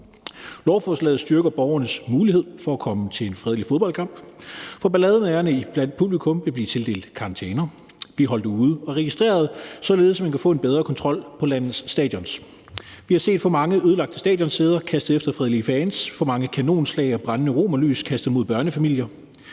Lovforslaget styrker borgernes mulighed for at komme til en fredelig fodboldkamp, for ballademagerne blandt publikum vil blive tildelt karantæner, blive holdt ude og blive registreret, således at man kan få en bedre kontrol på landets stadioner. Vi har set for mange ødelagte stadionsæder kastet efter fredelige fans og for mange kanonslag og brændende romerlys kastet mod børnefamilier.